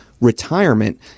retirement